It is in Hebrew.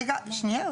רגע, שנייה.